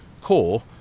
core